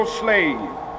slaves